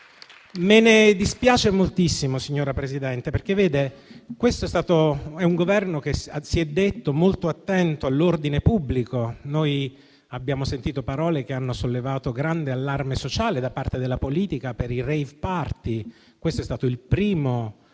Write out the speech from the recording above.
Me ne dispiace moltissimo, signora Presidente, perché, vede, questo Governo si è detto molto attento all'ordine pubblico. Abbiamo sentito parole che hanno sollevato grande allarme sociale da parte della politica per i *rave party*; questo è stato il primo degli